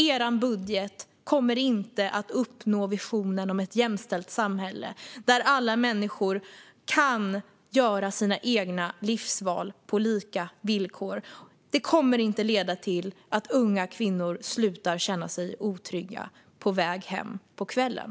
Er budget kommer inte att uppnå visionen om ett jämställt samhälle där alla människor kan göra sina egna livsval på lika villkor. Den kommer inte att leda till att unga kvinnor slutar att känna sig otrygga på väg hem på kvällen.